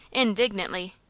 indignantly.